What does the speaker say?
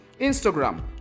Instagram